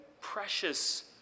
precious